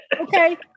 Okay